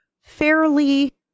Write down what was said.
fairly